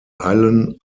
allen